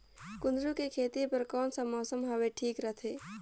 कुंदूरु के खेती बर कौन सा मौसम हवे ठीक रथे?